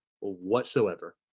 whatsoever